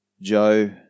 Joe